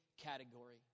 category